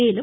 மேலும்